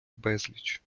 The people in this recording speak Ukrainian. безліч